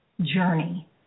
journey